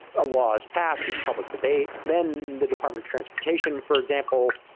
a law is passed, there's public debate, then the department transportation, for example,